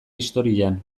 historian